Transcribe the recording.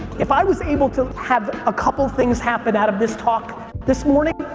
if i was able to have a couple of things happen out of this talk this morning,